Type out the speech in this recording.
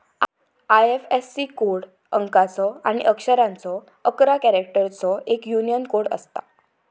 IFSC code अंकाचो आणि अक्षरांचो अकरा कॅरेक्टर्सचो एक यूनिक कोड असता